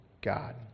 God